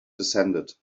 descended